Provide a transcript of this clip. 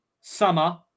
Summer